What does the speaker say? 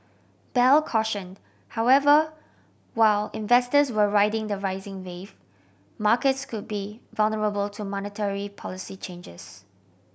bell cautioned however while investors were riding the rising wave markets could be vulnerable to monetary policy changes